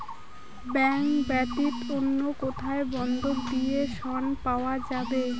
Bank ব্যাতীত অন্য কোথায় বন্ধক দিয়ে ঋন পাওয়া যাবে?